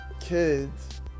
kids